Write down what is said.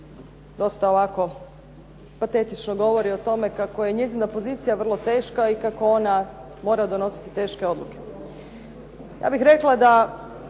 dosta ovako patetično govori o tome kako je njezina pozicija vrlo teška i kako ona mora donositi teške odluke.